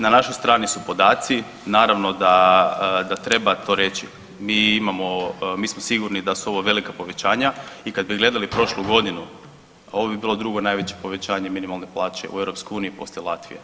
Na našoj strani su podaci, naravno da treba to reći, mi imamo, mi smo sigurni da su ovo velika povećanja i kad bi gledali prošlu godinu ovo bi bilo drugo najveće povećanje minimalne plaće u EU poslije Latvije.